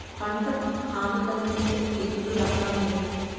పంటకు హాని కలిగించే తెగుళ్ల రకాలు ఎన్ని?